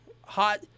hot